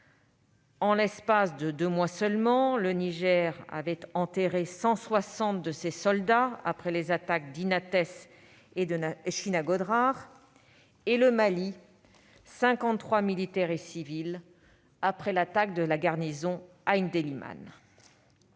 En l'espace de deux mois seulement, le Niger avait enterré 160 de ses soldats, après les attaques d'Inates et de Chinagodrar, et le Mali 53 militaires et civils après l'attaque de la garnison à Indelimane.